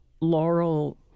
Laurel